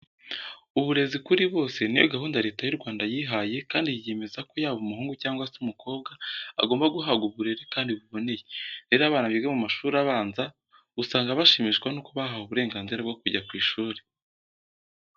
Uburezi kuri bose niyo gahunda Leta y'u Rwanda yihaye kandi yiyemeza ko yaba umuhungu cyangwa se umukobwa agomba guhabwa uburere kandi buboneye. Rero abana biga mu mashuri abanza usanga bashimishwa nuko bahawe uburenganzira bwo kujya ku ishuri.